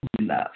love